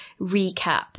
recap